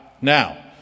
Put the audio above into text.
Now